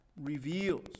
reveals